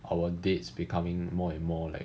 our dates becoming more and more like